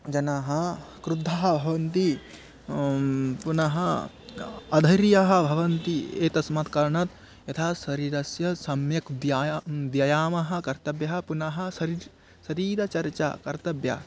जनाः क्रुद्धाः भवन्ति पुनः अधर्यः भवन्ति एतस्मात् कारणात् यथा शरीरस्य सम्यक् व्यायामः व्यायामः कर्तव्यः पुनः शरीरं शरीरचर्चा कर्तव्या